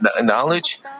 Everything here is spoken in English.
knowledge